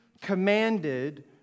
commanded